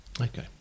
Okay